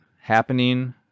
happening